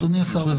אדוני השר, בבקשה.